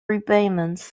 repayments